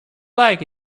like